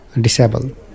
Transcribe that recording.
disabled